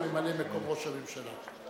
אולמרט ומי שהציע אותו להיות ממלא-מקום ראש הממשלה.